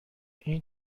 این